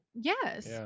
yes